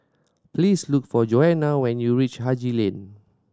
please look for Johanna when you reach Haji Lane